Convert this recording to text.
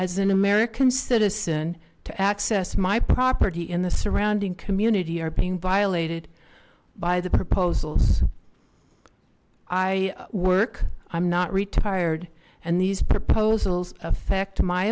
as an american citizen to access my property in the surrounding community are being violated by the proposals i work i'm not retired and these proposals affect my